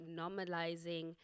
normalizing